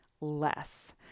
less